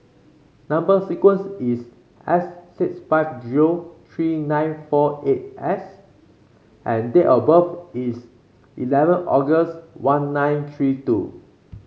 number sequence is S six five zero three nine four eight S and date of birth is eleven August one nine three two